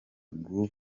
groove